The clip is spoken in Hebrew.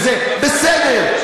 בסדר,